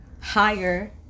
higher